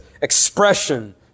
expression